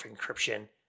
encryption